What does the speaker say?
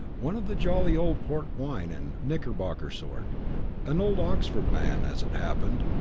one of the jolly old port-wine and knicker-bocker sort an old oxford man, as it happened.